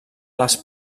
les